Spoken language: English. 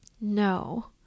No